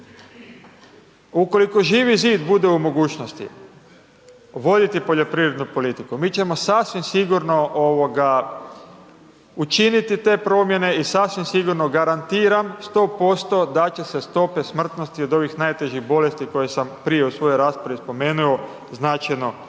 Ukoliko Živi zid bude u mogućnosti voditi poljoprivrednu politiku, mi ćemo sasvim sigurno učiniti te promjene i sasvim sigurno, garantiram, 100% da će se stope smrtnosti od ovih najtežih bolesti, koje sam prije u svojoj raspravi spomenuo značajno smanjiti.